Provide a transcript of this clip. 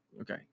Okay